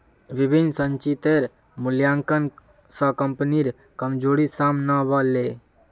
विभिन्न संचितेर मूल्यांकन स कम्पनीर कमजोरी साम न व ले